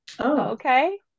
Okay